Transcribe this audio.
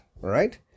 right